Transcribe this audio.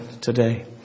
today